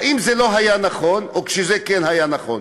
האם זה לא היה נכון או שזה כן היה נכון?